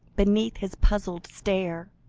beneath his puzzled stare.